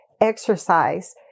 exercise